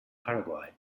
paraguay